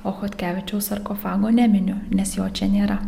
o chodkevičiaus sarkofago neminiu nes jo čia nėra